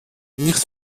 nicht